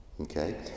Okay